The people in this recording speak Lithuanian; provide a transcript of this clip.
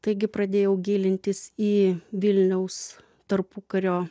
taigi pradėjau gilintis į vilniaus tarpukario